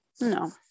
No